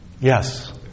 Yes